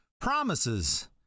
promises